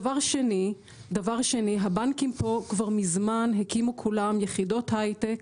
דבר שני: כל הבנקים פה הקימו כבר מזמן יחידות הייטק